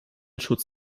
schutz